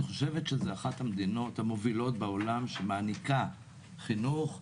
אני חושבת שזאת אחת המדינות המובילות בעולם שמעניקה חינוך לכולם,